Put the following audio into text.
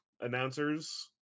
announcers